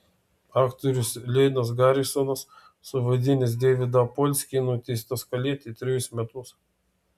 aktorius leinas garisonas suvaidinęs deividą apolskį nuteistas kalėti trejus metus